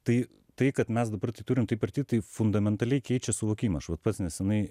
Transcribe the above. tai tai kad mes dabar tai turim taip arti tai fundamentaliai keičia suvokimą aš vat pats nesenai